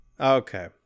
okay